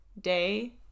day